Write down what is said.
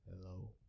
Hello